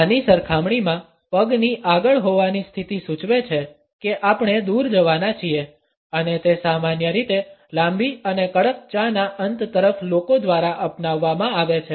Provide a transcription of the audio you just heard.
આની સરખામણીમાં પગની આગળ હોવાની સ્થિતિ સૂચવે છે કે આપણે દૂર જવાના છીએ અને તે સામાન્ય રીતે લાંબી અને કડક ચાના અંત તરફ લોકો દ્વારા અપનાવવામાં આવે છે